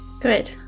Good